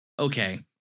Okay